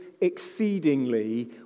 exceedingly